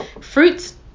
fruits